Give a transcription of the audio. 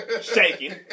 Shaking